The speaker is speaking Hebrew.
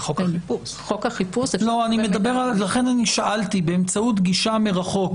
לכן שאלתי באמצעות גישה מרחוק.